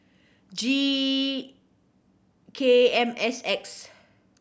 G K M S X